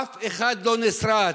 אף אחד לא נשרט.